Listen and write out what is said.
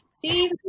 See